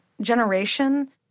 generation